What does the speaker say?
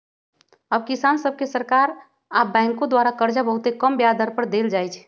अब किसान सभके सरकार आऽ बैंकों द्वारा करजा बहुते कम ब्याज पर दे देल जाइ छइ